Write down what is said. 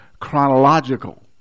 chronological